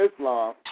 Islam